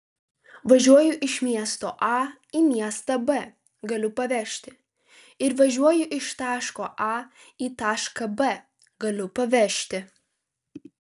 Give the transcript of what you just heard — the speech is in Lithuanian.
važiuoju iš miesto a į miestą b galiu pavežti ir važiuoju iš taško a į tašką b galiu pavežti